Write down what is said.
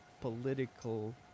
political